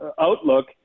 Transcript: outlook